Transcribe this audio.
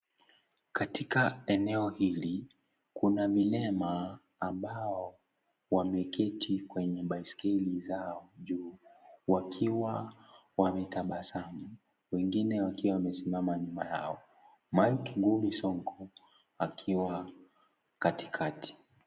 Katika eneo hili kuna vilema ambao wameketi kwenye baiskeli zao juu wakiwa wametabasu wengine wakiwa wamesinana nyuma yao. Mike Mbuvi Sonko akiwa katikati.